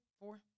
Four